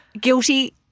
Guilty